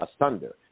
asunder